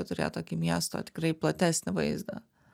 turėjo tokį miesto tikrai platesnį vaizdą